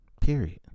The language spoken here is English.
Period